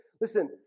Listen